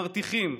מרתיחים,